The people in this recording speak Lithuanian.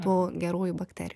tų gerųjų bakterijų